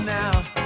now